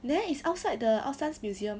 there is outside the artscience museum